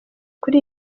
kuri